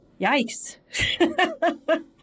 yikes